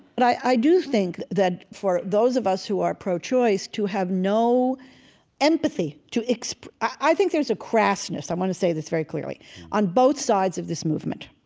but i do think that for those of us who are pro-choice to have no empathy to i think there's a crassness i want to say this very clearly on both sides of this movement.